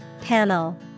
Panel